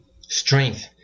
strength